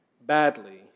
badly